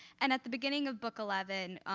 and at the beginning of book eleven,